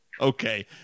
okay